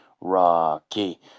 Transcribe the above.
Rocky